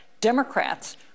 Democrats